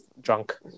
drunk